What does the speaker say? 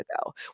ago